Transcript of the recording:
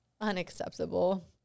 Unacceptable